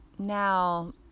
Now